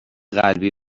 قلبی